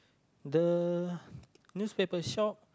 the newspaper shop